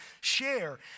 share